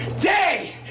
day